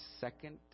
second